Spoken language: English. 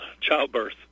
childbirth